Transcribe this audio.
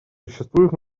существует